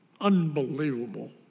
Unbelievable